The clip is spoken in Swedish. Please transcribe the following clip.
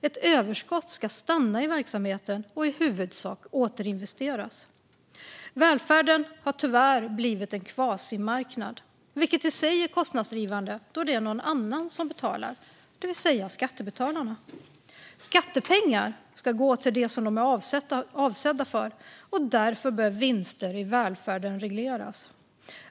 Ett överskott ska stanna i verksamheten och i huvudsak återinvesteras. Välfärden har tyvärr blivit en kvasimarknad, vilket i sig är kostnadsdrivande då det är någon annan som betalar, det vill säga skattebetalarna. Skattepengar ska gå till det de är avsedda för, och därför bör vinster i välfärden regleras.